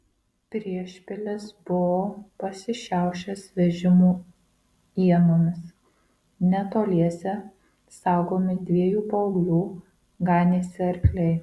priešpilis buvo pasišiaušęs vežimų ienomis netoliese saugomi dviejų paauglių ganėsi arkliai